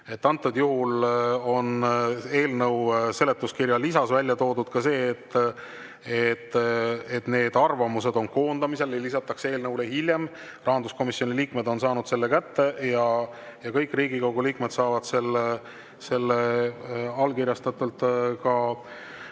toimitakse. Eelnõu seletuskirjas on välja toodud ka see, et need arvamused on koondamisel ja lisatakse eelnõule hiljem. Rahanduskomisjoni liikmed on saanud selle kätte ja kõik Riigikogu liikmed saavad selle allkirjastatult